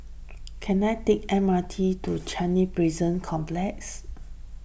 can I take M R T to Changi Prison Complex